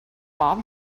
bob